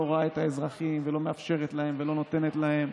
רואה את האזרחים ולא מאפשרת להם ולא נותנת להם.